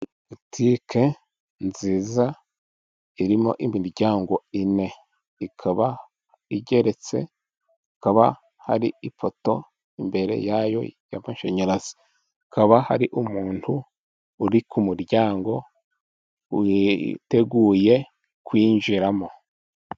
Botike nziza irimo imiryango ine ikaba igeretse, hakaba hari ipoto imbere yayo y'amashanyarazi, hakaba hari umuntu uri ku muryango witeguye kuyinjiramo.